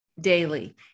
daily